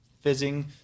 fizzing